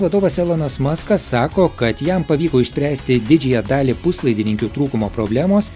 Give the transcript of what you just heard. vadovas elonas maskas sako kad jam pavyko išspręsti didžiąją dalį puslaidininkių trūkumo problemos